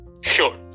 Sure